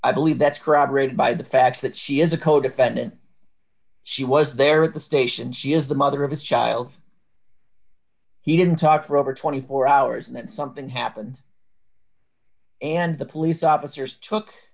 i believe that's corroborated by the facts that she is a codefendant she was there at the station she is the mother of his child he didn't talk for over twenty four hours and then something happened and the police officers took